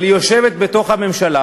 אבל היא יושבת בתוך הממשלה,